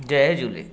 जय झूले